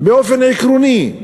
באופן עקרוני,